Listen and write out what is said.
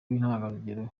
w’intangarugero